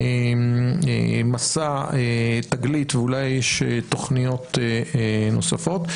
מסע, תגלית ואולי יש תוכניות נוספות.